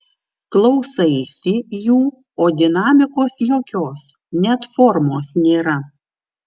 klausaisi jų o dinamikos jokios net formos nėra